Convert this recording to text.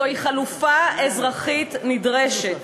זוהי חלופה אזרחית נדרשת.